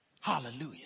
Hallelujah